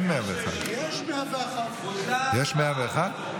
אין 101. יש 101. יש 101?